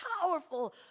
powerful